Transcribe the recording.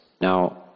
Now